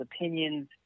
opinions